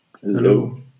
Hello